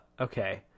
okay